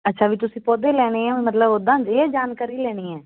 ਅੱਛਾ ਬਈ ਤੁਸੀਂ ਪੌਦੇ ਲੈਣੇ ਆ ਮਤਲਬ ਉੱਦਾਂ ਇਹ ਜਾਣਕਾਰੀ ਲੈਣੀ ਹੈ